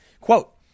Quote